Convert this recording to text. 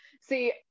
see